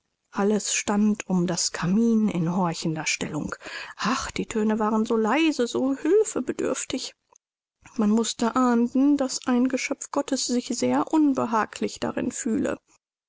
alles stand um das kamin in horchender stellung ach die töne waren so leise so hülfebedürftig man mußte ahnden daß ein geschöpf gottes sich sehr unbehaglich darin fühle